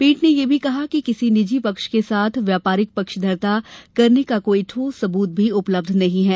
पीठ ने यह भी कहा कि किसी निजी पक्ष के साथ व्यापारिक पक्षधरता करने का कोई ठोस सबूत भी उपलब्ध नहीं है